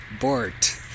Bort